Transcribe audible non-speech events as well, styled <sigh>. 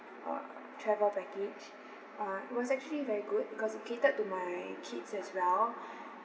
uh travel package uh it was actually very good because it catered to my kids as well <breath>